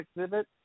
exhibit